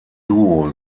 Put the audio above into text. duo